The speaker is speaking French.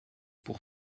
pour